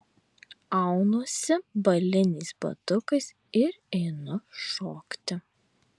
aunuosi baliniais batukais ir einu šokti